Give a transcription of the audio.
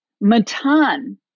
Matan